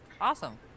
Awesome